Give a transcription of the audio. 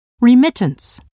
remittance